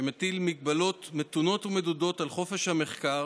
שמטיל הגבלות מתונות ומדודות על חופש המחקר